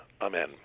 Amen